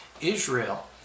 Israel